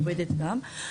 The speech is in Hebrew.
עובדת גם.